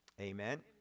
Amen